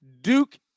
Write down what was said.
duke